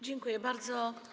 Dziękuję bardzo.